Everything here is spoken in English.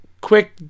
quick